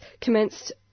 commenced